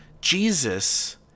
Jesus